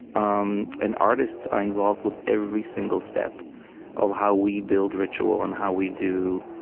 um and artists are involved with every single step of how we build ritual and how we do